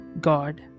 God